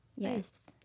yes